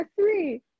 three